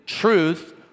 truth